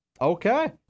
okay